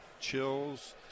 chills